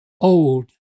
old